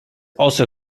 also